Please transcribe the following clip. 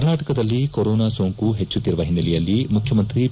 ಕರ್ನಾಟಕದಲ್ಲಿ ಕೊರೊನಾ ಸೋಂಕು ಹೆಚ್ಚುತ್ತಿರುವ ಹಿನ್ನೆಲೆಯಲ್ಲಿ ಮುಖ್ಯಮಂತ್ರಿ ಬಿ